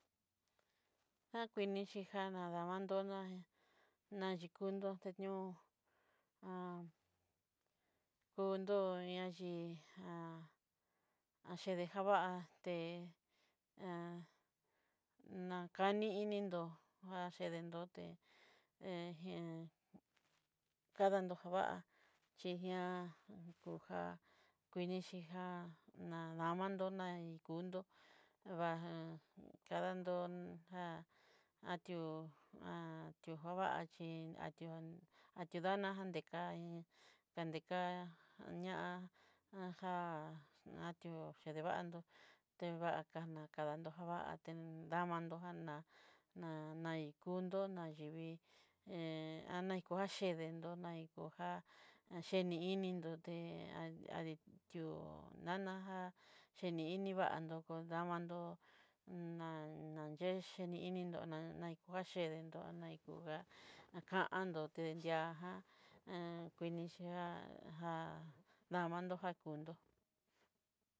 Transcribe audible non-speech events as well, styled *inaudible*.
Akuii ni xhi já nadavantoná nayikundú té ñoo *hesitation* ondó'o ñaxhii já achedejavá'a té *hesitation* kani ini'ndó achedendó'o té hé *hesitation* kadandó javá'a xhixiá kujá kuinixhi já nadanon'ná nikundó vakadandó já ati'o já jakaxhí'i tió atió daná dekaii kandeka'a, ñá ajá nati'ó chedevandiú tevakaná kadandó javatí damandó já'na na naikundó, nayivii *hesitation* anaiko naxhidendó naiko já xheni inindó té a adi'ó ti'ó nananjá chení inivandó kodamandó nan nanyé cheneinindó na nai kuachedénro naikungá akandoté di'a já *hesitation* kuini xhi'a já damandó jakundó.